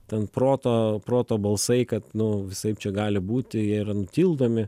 ten proto proto balsai kad nu visaip čia gali būti jie yra nutildomi